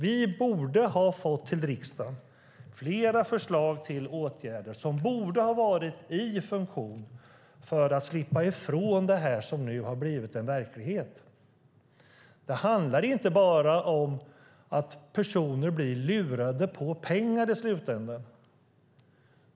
Vi borde ha fått till riksdagen flera förslag till åtgärder som borde ha varit i funktion för att slippa ifrån det som har blivit en verklighet. Det handlar inte bara om att personer blir lurade på pengar i slutändan.